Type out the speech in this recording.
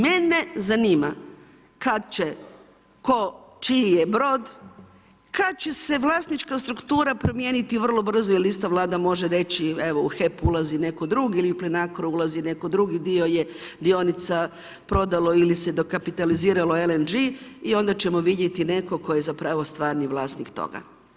Mene zanima kad će tko čiji je brod, kad će se vlasnička struktura promijeniti vrlo brzo jer isto Vlada može reći, evo u HEP ulazi netko drugi ili u Plinacro ulazi netko drugi, dio je dionica prodalo ili se dokapitaliziralo LNG i onda ćemo vidjeti nekog tko je zapravo stvarni vlasnik toga.